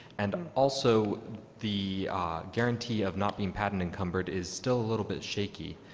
and also the guarantee of not being patent-encumbered is still a little bit shaky,